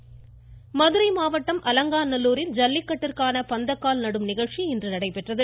உதயகுமார் மதுரை மாவட்டம் அலங்காநல்லூரில் ஜல்லிக்கட்டிற்கான பந்தக்கால் நடும் நிகழ்ச்சி இன்று நடைபெற்றது